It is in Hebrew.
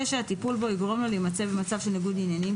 שהטיפול בו יגרום לו להימצא במצב של ניגוד עניינים,